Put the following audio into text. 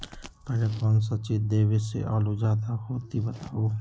पहले कौन सा चीज देबे से आलू ज्यादा होती बताऊं?